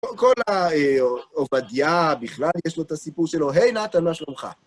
כל העובדיה בכלל, יש לו את הסיפור שלו, היי נתן, מה שלומך?